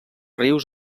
rius